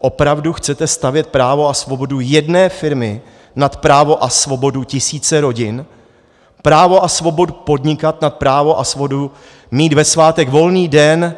Opravdu chcete stavět právo a svobodu jedné firmy nad právo a svobodu tisíce rodin, právo a svobodu podnikat nad právo a svobodu mít ve svátek volný den